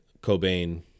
Cobain